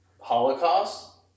Holocaust